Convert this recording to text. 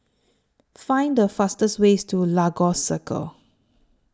Find The fastest ways to Lagos Circle